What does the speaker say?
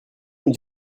nous